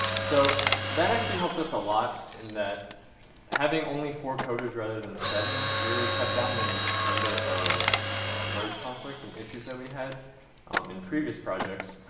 so, that actually helped us a lot, in that having only four coders rather than seven really cut down number of merge conflicts and issues that we had um in previous projects.